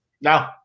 No